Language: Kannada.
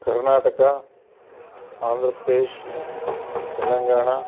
ಕರ್ನಾಟಕ ಆಂಧ್ರ ಪ್ರದೇಶ್ ತೆಲಂಗಾಣ